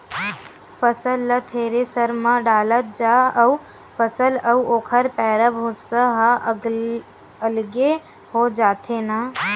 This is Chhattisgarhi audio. फसल ल थेरेसर म डालत जा अउ फसल अउ ओखर पैरा, भूसा ह अलगे हो जाथे न